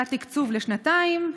היה תקצוב לשנתיים,